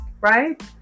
right